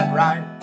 right